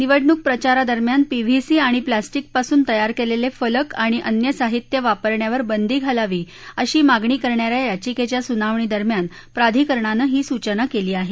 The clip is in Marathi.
निवडणूक प्रचारा दरम्यान पीव्हीसी आणि प्लॅस्टिक पासून तयार केलेले फलक आणि अन्य साहित्य वापरण्यावर बंदी घालावी अशी मागणी करणाऱ्या याचिकेच्या सुनावणी दरम्यान प्राधिकरणानं ही सूचना केली आहे